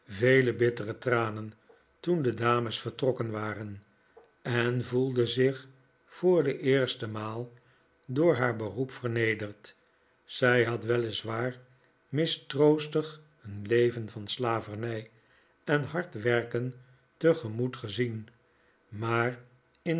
vele bittere tranen toen de dames vertrokken waren en voelde zich voor de eerste maal door haar beroep vernederd zij had wel is waar mistroostig een leven van slavernij en hard werken tegemoet gezien maar in